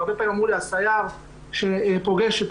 והרבה פעמים אומרים לי: הסייר שפוגש את